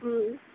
ம்